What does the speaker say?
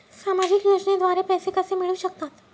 सामाजिक योजनेद्वारे पैसे कसे मिळू शकतात?